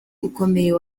ukomeye